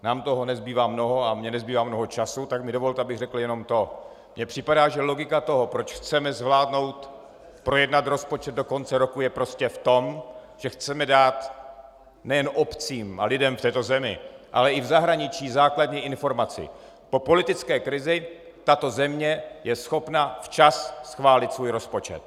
Nám toho nezbývá mnoho a mně nezbývá mnoho času, tak mi dovolte, abych řekl jenom to: Mně připadá, že logika toho, proč chceme zvládnout projednat rozpočet do konce roku, je prostě v tom, že chceme dát nejen obcím a lidem v této zemi, ale i v zahraničí základní informaci: Po politické krizi tato země je schopna včas schválit svůj rozpočet.